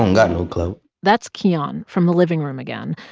don't got no clout that's keyhon from the living room again.